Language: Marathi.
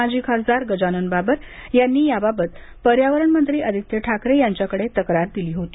माजी खासदार गजानन बाबर यांनी याबाबत पर्यावरणमंत्री आदित्य ठाकरे यांच्याकडे तक्रार दिली होती